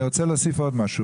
אני רוצה להוסיף עוד משהו,